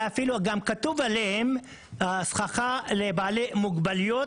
וגם כתוב עליהם: "הסככה לבעלי מוגבלויות",